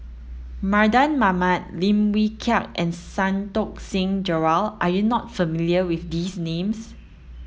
Mardan Mamat Lim Wee Kiak and Santokh Singh Grewal are you not familiar with these names